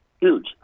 Huge